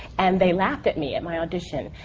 and they laughed at me, at my audition.